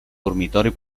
dormitori